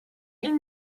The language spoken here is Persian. این